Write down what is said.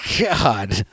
God